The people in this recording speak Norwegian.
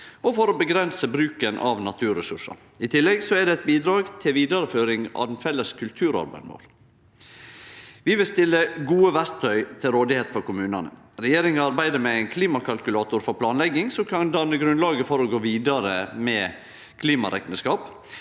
og for å avgrense bruken av naturresursar. I tillegg er det eit bidrag til vidareføring av vår felles kulturarv. Vi vil stille gode verktøy til rådigheit for kommunane. Regjeringa arbeider med ein klimakalkulator for planlegging, som kan danne grunnlag for å gå vidare med klimarekneskap.